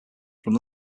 from